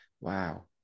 wow